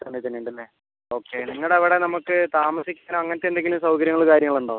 സമയത്തുതന്നെ ഉണ്ടല്ലേ ഓക്കെ നിങ്ങളുടെ അവിടെ നമുക്ക് താമസിക്കാനോ അങ്ങനത്തെ എന്തെങ്കിലും സൗകര്യങ്ങൾ കാര്യങ്ങൾ ഉണ്ടോ